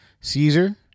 Caesar